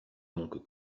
donc